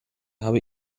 habe